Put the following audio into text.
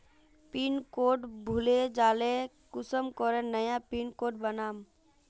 Pin code भूले जाले कुंसम करे नया पिन कोड बनाम?